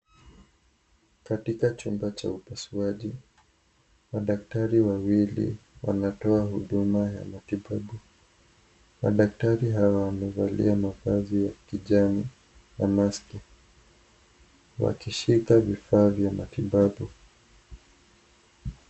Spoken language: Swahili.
Katika chumba cha upasuaji madaktari wawili wanatoa huduma ya matibabu . Madaktari hawa wamevalia mavazi ya kijani na maski wakishika vifaa vya matibabu.